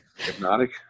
Hypnotic